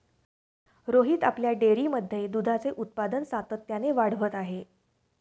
रोहित आपल्या डेअरीमध्ये दुधाचे उत्पादन सातत्याने वाढवत आहे